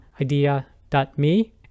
idea.me